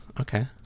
Okay